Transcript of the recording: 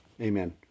Amen